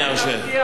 אני מבטיח לך,